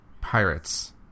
Pirates